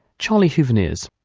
charlie huveneers.